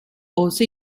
also